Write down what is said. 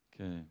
Okay